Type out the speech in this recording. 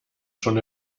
schon